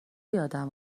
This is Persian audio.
یادم